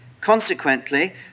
Consequently